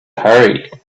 hurry